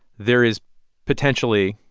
there is potentially,